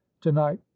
to-night